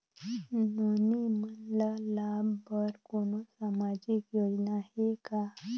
नोनी मन ल लाभ बर कोनो सामाजिक योजना हे का?